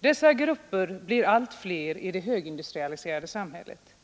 Dessa grupper blir allt fler i det högindustrialiserade samhället.